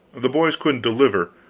the boys couldn't deliver.